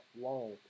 long